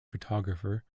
photographer